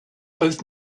both